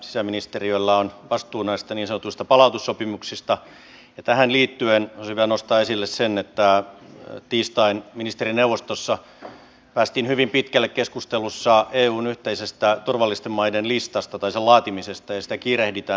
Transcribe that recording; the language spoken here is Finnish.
sisäministeriöllä on vastuu näistä niin sanotuista palautussopimuksista ja tähän liittyen olisi hyvä nostaa esille se että tiistain ministerineuvostossa päästiin hyvin pitkälle keskustelussa eun yhteisestä turvallisten maiden listan laatimisesta ja sitä kiirehditään